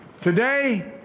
Today